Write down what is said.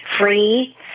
Free